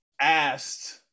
asked